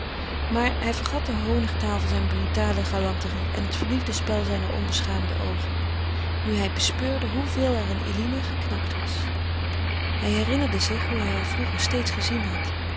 maar hij vergat de honigtaal zijner brutale galanterie en het verliefde spel zijner onbeschaamde oogen nu hij bespeurde hoeveel er in eline geknakt was hij herinnerde zich hoe hij haar vroeger steeds gezien had